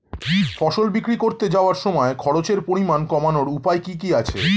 ফসল বিক্রি করতে যাওয়ার সময় খরচের পরিমাণ কমানোর উপায় কি কি আছে?